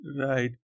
Right